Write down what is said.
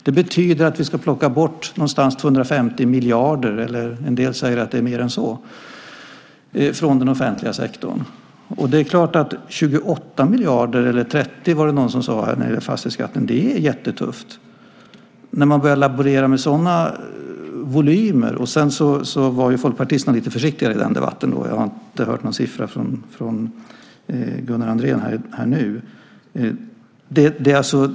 Det betyder att vi ska plocka bort ungefär 250 miljarder, och en del säger att det är mer än så, från den offentliga sektorn. När man börjar laborera med sådana volymer som 28 miljarder, eller 30 var det någon som sade, när det gäller fastighetsskatten blir det jättetufft. Folkpartisterna var ju lite försiktigare i den debatten. Jag har inte hört någon siffra från Gunnar Andrén här nu.